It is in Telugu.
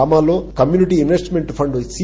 గ్రామాల్లో community investment fund C